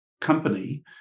company